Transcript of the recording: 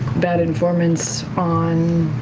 bad informants on